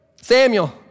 Samuel